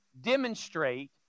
demonstrate